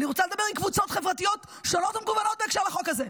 אני רוצה לדבר עם קבוצות חברתיות שונות ומגוונות בהקשר לחוק הזה.